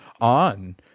on